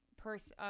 person